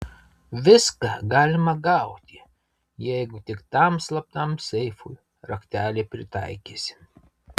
viską galima gauti jeigu tik tam slaptam seifui raktelį pritaikysi